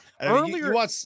Earlier